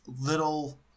little